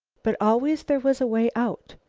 but always there was a way out.